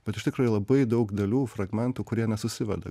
bet iš tikro yra labai daug dalių fragmentų kurie nesusiveda